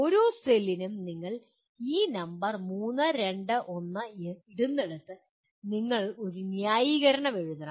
ഓരോ സെല്ലിനും നിങ്ങൾ ഈ നമ്പർ 3 2 1 ഇടുന്നിടത്ത് നിങ്ങൾ ഒരു ന്യായീകരണം എഴുതണം